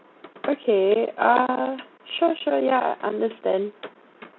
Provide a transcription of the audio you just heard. okay uh sure sure yeah I understand